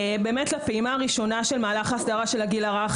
לפעימה הראשונה של מהלך ההסדרה של הגיל הרך